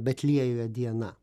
betliejuje diena